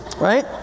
Right